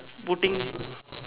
putting